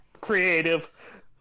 creative